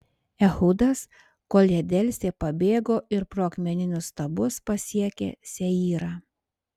ehudas kol jie delsė pabėgo ir pro akmeninius stabus pasiekė seyrą